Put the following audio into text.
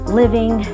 living